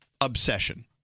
Obsession